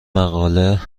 مقاله